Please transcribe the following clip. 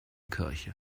kirche